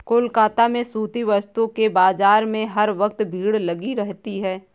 कोलकाता में सूती वस्त्रों के बाजार में हर वक्त भीड़ लगी रहती है